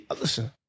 listen